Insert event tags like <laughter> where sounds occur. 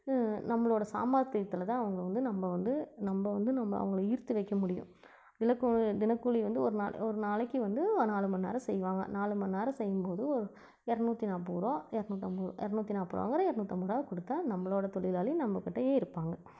நம்பளோட சாமர்த்தியத்தில் தான் அவங்களை வந்து நம்ப வந்து நம்ப வந்து நம்ப அவங்களை ஈர்த்து வைக்க முடியும் <unintelligible> தினக்கூலி வந்து ஒரு நாள ஒரு நாளைக்கு வந்து ஓ நாலு மணிநேரம் செய்வாங்க நாலு மணிநேரம் செய்யும்போது ஒரு இரநூத்தி நாற்பதுருவா இரநூத்தம்பது எரநூத்தி நாற்பதுருவாங்கிற இரநூத்தம்பதுருவாய கொடுத்தா நம்பளோட தொழிலாளி நம்பக்கிட்டையே இருப்பாங்க